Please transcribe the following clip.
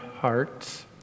hearts